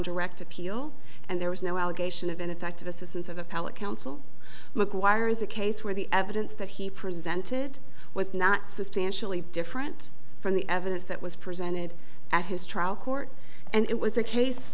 direct appeal and there was no allegation of ineffective assistance of a pallet counsel mcguire's a case where the evidence that he presented was not substantially different from the evidence that was presented at his trial court and it was a case